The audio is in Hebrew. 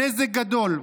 הנזק גדול.